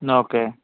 okay